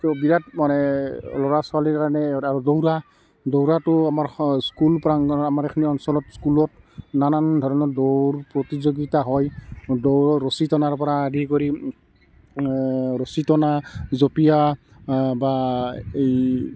তো বিৰাট মানে ল'ৰা ছোৱালীৰ কাৰণে আৰু দৌৰা দৌৰাটো আমাৰ সা স্কুল প্ৰাংগণত আমাৰ এইখিনি অঞ্চলত স্কুলত নানান ধৰণৰ দৌৰ প্ৰতিযোগিতা হয় দৌৰ ৰছী টনাৰ পৰা আৰম্ভ কৰি ৰছী টনা জঁপিওৱা বা এই